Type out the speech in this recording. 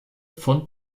von